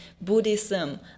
Buddhism